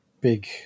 big